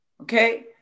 Okay